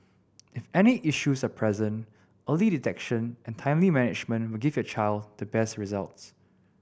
if any issues are present early detection and timely management will give your child the best results